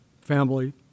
family